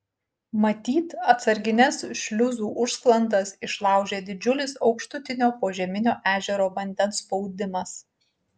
matyt atsargines šliuzų užsklandas išlaužė didžiulis aukštutinio požeminio ežero vandens spaudimas